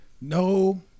No